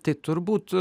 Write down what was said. tai turbūt